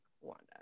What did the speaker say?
Wanda